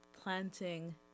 planting